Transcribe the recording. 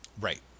Right